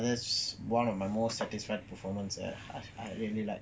ya that's one of my most satisfied performance that I really like